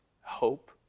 hope